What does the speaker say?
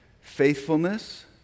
faithfulness